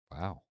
Wow